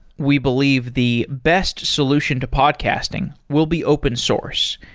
we believe the best solution to podcasting will be open source,